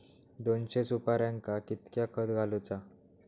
दोनशे सुपार्यांका कितक्या खत घालूचा?